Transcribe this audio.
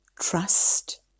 trust